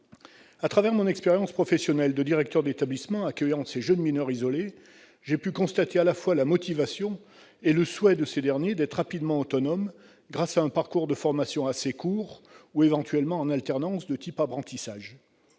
À travers mon expérience professionnelle de directeur d'établissement accueillant ces jeunes mineurs isolés, j'ai pu constater à la fois la motivation et le souhait de ces derniers d'être rapidement autonome grâce à un parcours de formation assez court ou en alternance de type apprentissage.